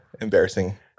embarrassing